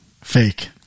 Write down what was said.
Fake